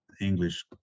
English